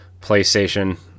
PlayStation